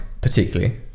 particularly